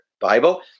Bible